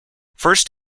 first